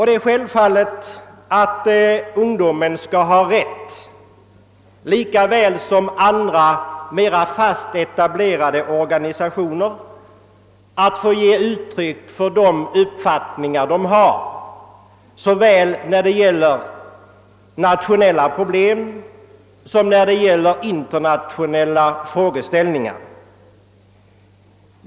Det är självfallet att ungdomen skall ha rätt lika väl som andra mera fast etablerade organisationer att få ge uttryck för de uppfattningar den har när det gäller såväl nationella problem som internationella frågeställningar.